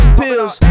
pills